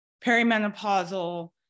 perimenopausal